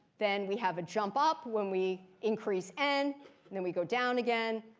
then we have a jump up when we increase n. and then we go down again,